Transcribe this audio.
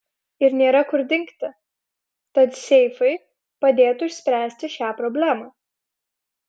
ir nėra kur dingti tad seifai padėtų išspręsti šią problemą